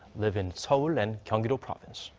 live in seoul and gyeonggi-do province.